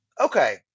okay